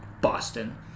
Boston